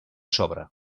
sobre